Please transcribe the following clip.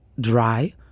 Dry